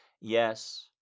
Yes